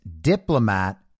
diplomat